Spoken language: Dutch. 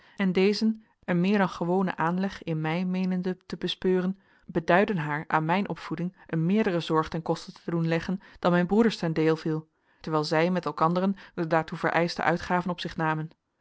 en dezen een meer dan gewonen aanleg in mij meenende te bespeuren beduidden haar aan mijn opvoeding een meerdere zorg ten koste te doen leggen dan mijn broeders ten deel viel terwijl zij met elkanderen de daartoe vereischte uitgaven op zich namen